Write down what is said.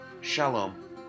Shalom